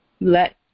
Let